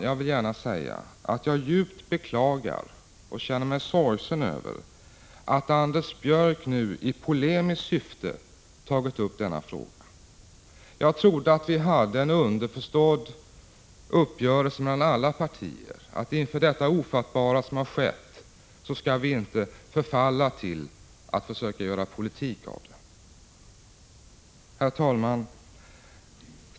Jag vill gärna säga att jag djupt beklagar och känner mig sorgsen över att Anders Björck nu i polemiskt syfte tagit upp denna fråga. Jag trodde att vi hade en underförstådd uppgörelse mellan alla partier att vi inte skall förfalla till att göra partipolitik av det ofattbara som skett. Herr talman!